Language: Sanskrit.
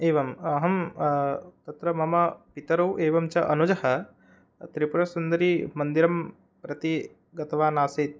एवम् अहं तत्र मम पितरौ एवं च अनुजः त्रिपुरसुन्दरीमन्दिरं प्रति गतवान् आसीत्